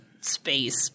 space